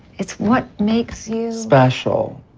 it's what makes you. special.